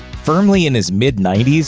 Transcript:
firmly in his mid ninety s,